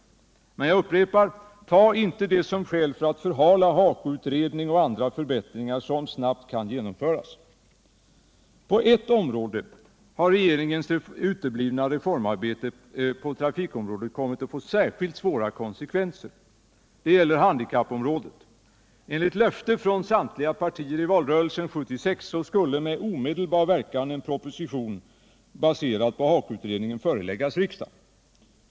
Men jag upprepar: Ta inte detta som skäl för att förhala genomförandet av HAKO-utredningens förslag och andra förbättringar som snabbt kan genomföras. På ett område har regeringens uteblivna reformarbete på trafikområdet kommit att få särskilt svåra konsekvenser. Det gäller handikappområdet. Enligt löfte från samtliga partier i valrörelsen 1976 skulle med omedelbar verkan en proposition, baserad på HAKO-utredningen, föreläggas riksdagen.